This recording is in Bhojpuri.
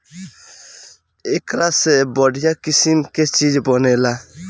एकरा से बढ़िया किसिम के चीज बनेला